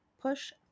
push